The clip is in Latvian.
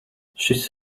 šis